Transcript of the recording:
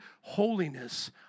Holiness